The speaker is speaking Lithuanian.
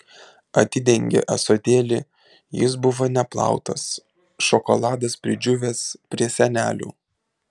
atidengė ąsotėlį jis buvo neplautas šokoladas pridžiūvęs prie sienelių